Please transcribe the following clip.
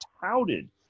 touted